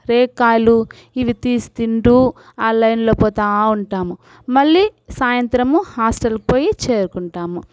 రేక్కాయలు ఇవి తీసి తింటూ లైన్లో పోతూ ఉంటాము మళ్ళీ సాయంత్రము హాస్టల్కి పోయి చేరుకుంటాము